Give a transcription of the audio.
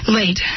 late